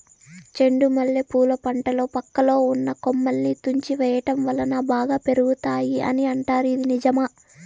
చెండు మల్లె పూల పంటలో పక్కలో ఉన్న కొమ్మలని తుంచి వేయటం వలన బాగా పెరుగుతాయి అని అంటారు ఇది నిజమా?